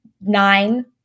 nine